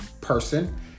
person